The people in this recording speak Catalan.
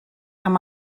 amb